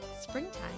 springtime